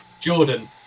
Jordan